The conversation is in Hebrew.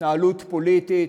התנהלות פוליטית.